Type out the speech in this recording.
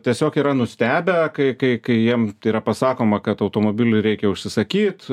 tiesiog yra nustebę kai kai kai jiem yra pasakoma kad automobilį reikia užsisakyt